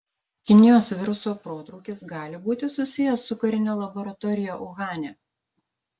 kinijos viruso protrūkis gali būti susijęs su karine laboratorija uhane